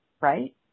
right